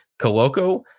Coloco